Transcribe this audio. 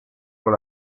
con